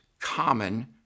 common